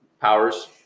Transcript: powers